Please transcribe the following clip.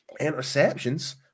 interceptions